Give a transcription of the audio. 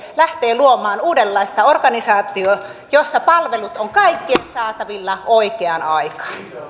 lähtee luomaan uudenlaista organisaatiota jossa palvelut ovat kaikkien saatavilla oikeaan aikaan